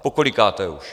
Pokolikáté už?